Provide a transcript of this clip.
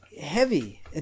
heavy